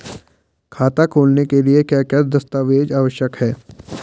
खाता खोलने के लिए क्या क्या दस्तावेज़ आवश्यक हैं?